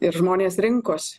ir žmonės rinkos